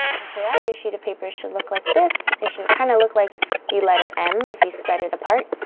after that, your sheet of paper should look like this it should kind of look like the letter m if you spread it apart.